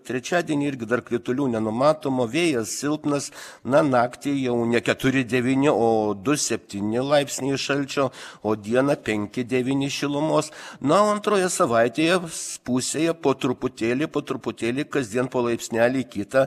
trečiadienį irgi dar kritulių nenumatoma vėjas silpnas na naktį jau ne keturi devyni o du septyni laipsniai šalčio o dieną penki devyni šilumos na o antroje savaitės pusėje po truputėlį po truputėlį kasdien po laipsnelį kitą